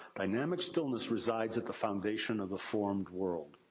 dynamic stillness resides at the foundation of the formed world.